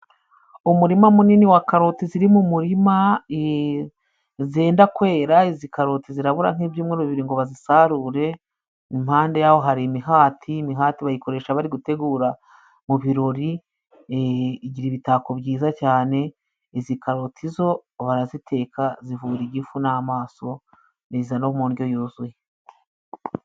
Umurima munini wa karoti ziri mu murima zenda kwera. Izi karoti zirabura nk'ibyumweru bibiri ngo bazisarure. Impande y'aho hari imihati, imihati bayikoresha bari gutegura mu birori, igira ibitako byiza cyane. Izi karoti zo baraziteka zivura igifu n'amaso ziza no mu ndyo yuzuye.